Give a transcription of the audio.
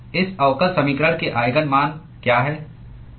इस अवकल समीकरण के आईगन मान क्या हैं